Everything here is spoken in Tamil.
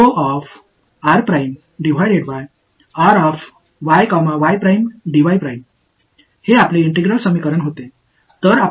எனவே எனக்கு இருந்தது இது நம்முடைய ஒருங்கிணைந்த சமன்பாடு